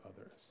others